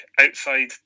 outside